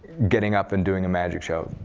getting up and doing a magic show,